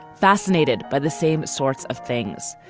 fascinated by the same sorts of things.